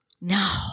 No